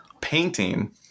painting